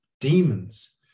demons